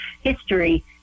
history